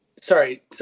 sorry